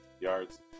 yards